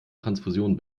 transfusionen